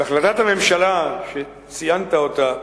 בהחלטת הממשלה שציינת אותה,